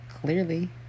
Clearly